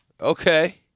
okay